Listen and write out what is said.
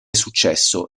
successo